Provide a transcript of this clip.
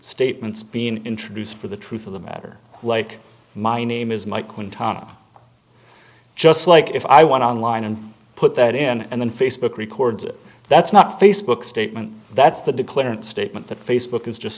statements being introduced for the truth of the matter like my name is mike quinton just like if i want to online and put that in and then facebook records it that's not facebook statement that's the declarant statement that facebook is just